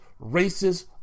racist